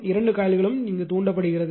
இரண்டு காயில்களும் தூண்டப்படுகிறது